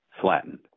flattened